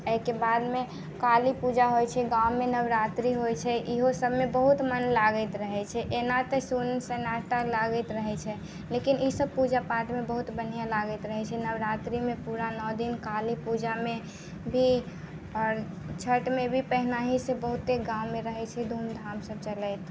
एहिके बादमे काली पूजा होइ छै गाँवमे नवरात्रि होइ छै इहो सभमे बहुत मन लागैत रहै छै एना तऽ सुन्न सन्नाटा लागैत रहै छै लेकिन ईसभ पूजा पाठमे बहुत बढ़िऑं लागैत रहै छै नवरात्रिमे पूरा नओ दिन काली पूजामे भी आओर छठिमे भी पहिने ही से बहुते गाँवमे रहै छी धूमधाम से चलैत